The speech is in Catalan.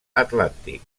atlàntic